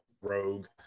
rogue